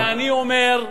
ואני אומר,